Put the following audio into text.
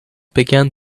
began